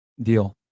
deal